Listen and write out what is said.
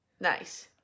nice